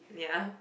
ya